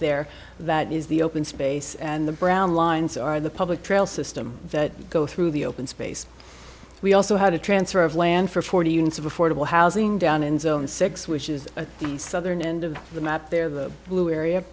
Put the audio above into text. there that is the open space and the brown lines are the public trail system that go through the open space we also had a transfer of land for forty units of affordable housing down in zone six which is at the southern end of the map there the blue area